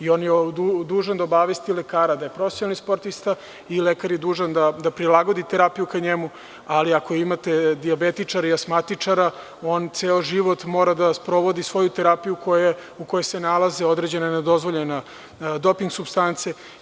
On je dužan da obavesti lekara da je profesionalni sportista i lekar je dužan da prilagodi terapiju ka njemu, ali ako imate dijabetičara i asmatičara, on ceo život mora da sprovodi svoju terapiju u kojoj se nalaze određene dozvoljene doping supstance.